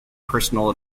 personal